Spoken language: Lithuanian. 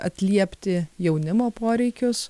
atliepti jaunimo poreikius